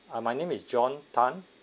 ah my name is john tan